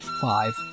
five